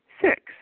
Six